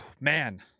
Man